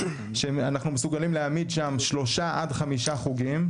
שאנחנו מסוגלים להעמיד שם 3-5 חוגים,